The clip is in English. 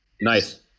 Nice